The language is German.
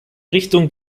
richtung